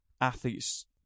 athletes